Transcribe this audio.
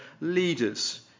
leaders